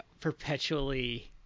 perpetually